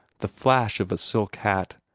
the flash of a silk hat,